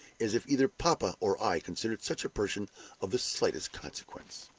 as if either papa or i considered such a person of the slightest consequence!